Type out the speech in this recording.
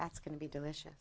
that's going to be delicious